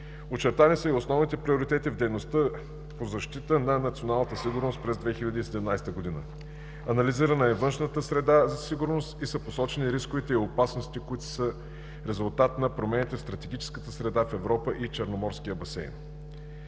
Очертани са и основните приоритети в дейността по защита на националната сигурност през 2017 г. Анализирана е външната среда за сигурност и са посочени рисковете и опасностите, които са резултат на променената стратегическа среда в Европа и Черноморския басейн.